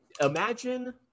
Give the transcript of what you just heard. imagine